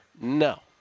No